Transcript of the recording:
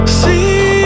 see